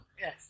Yes